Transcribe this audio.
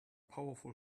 powerful